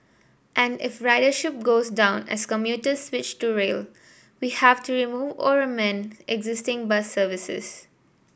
and if ridership goes down as commuters switch to rail we have to remove or amend existing bus services